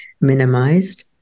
minimized